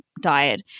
diet